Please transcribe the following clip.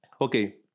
Okay